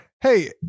Hey